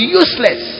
useless